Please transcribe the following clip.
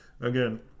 again